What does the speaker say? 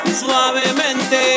suavemente